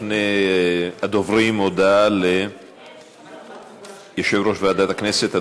לפני הדוברים, הודעה ליושב-ראש ועדת הכנסת.